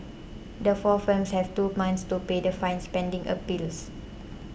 the four firms have two months to pay the fines pending appeals